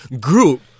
group